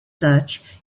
such